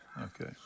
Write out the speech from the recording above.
Okay